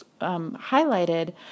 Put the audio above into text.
highlighted